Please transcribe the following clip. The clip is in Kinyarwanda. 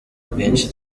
bwinshi